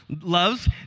loves